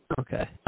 Okay